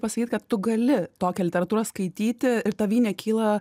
pasakyt kad tu gali tokią literatūrą skaityti ir tavy nekyla